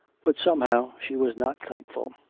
but somehow she was not thankful.